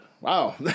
Wow